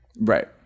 Right